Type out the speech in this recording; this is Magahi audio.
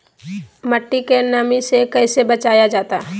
मट्टी के नमी से कैसे बचाया जाता हैं?